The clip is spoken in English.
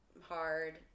hard